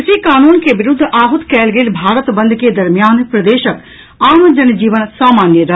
कृषि कानून के विरूद्ध आहुत कयल गेल भारत बंद के दरमियान प्रदेशक आम जन जीवन सामान्य रहल